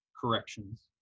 Corrections